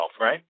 right